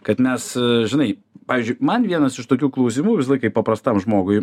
kad mes žinai pavyzdžiui man vienas iš tokių klausimų visąlaik kaip paprastam žmogui